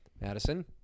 Madison